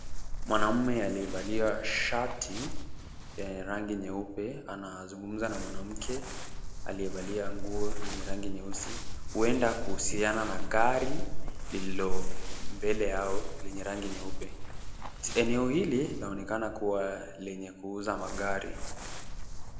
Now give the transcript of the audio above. Mwanaume aliyevalia shati ya rangi nyeupe anazungumza na mwanamke aliyevalia nguo zenye rangi nyeusi huenda kuhusiana na gari lililo mbele yao lenye rangi nyeupe. Eneo hili linaonekana kuwa lenye kuuza magari.